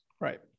right